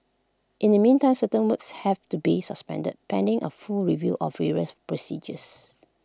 in the meantime certain works have to be suspended pending A full review of various procedures